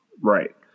right